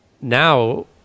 now